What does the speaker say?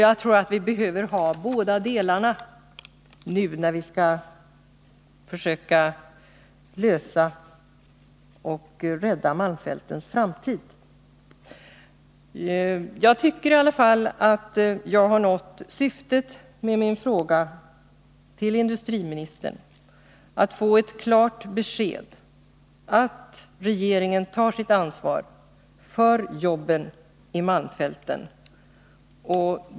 Jag tror att vi behöver ha båda delarna nu, när vi skall försöka lösa problemen och rädda malmfältens framtid. Jag tycker i alla fall att jag har nått syftet med min fråga till industriministern: att få ett klart besked om att regeringen tar sitt ansvar för jobben i malmfälten.